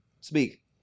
Speak